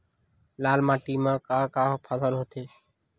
लाल माटी म का का फसल होथे?